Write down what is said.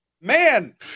Man